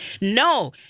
No